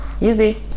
easy